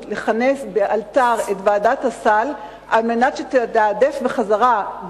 לכנס לאלתר את ועדת הסל על מנת שתתעדף בחזרה,